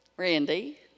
Randy